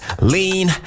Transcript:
lean